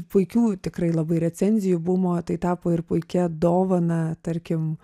puikių tikrai labai recenzijų bumo tai tapo ir puikia dovana tarkim